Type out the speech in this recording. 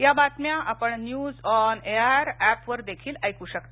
या बातम्या आपण न्यज् ऑन एआयआर ऍपवर देखील ऐक शकता